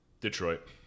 Detroit